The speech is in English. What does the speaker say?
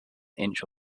inch